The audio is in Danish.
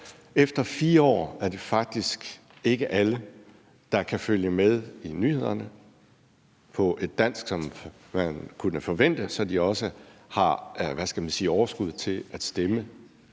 Efter 4 år er det faktisk ikke alle, der kan følge med i nyhederne på et dansk, som man kunne forvente, så de også har overskuddet til at stemme